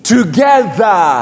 Together